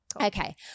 Okay